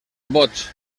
boig